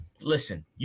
listen